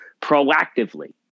proactively